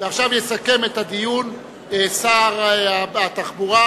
עכשיו יסכם את הדיון שר התחבורה,